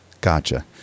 Gotcha